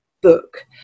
book